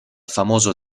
famoso